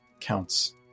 counts